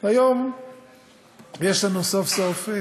היום יש לנו סוף-סוף,